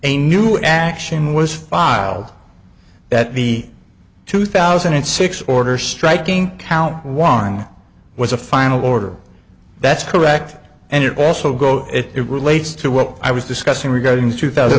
a new action was filed that the two thousand and six order striking count one was a final order that's correct and you also go it relates to what i was discussing regarding the two thousand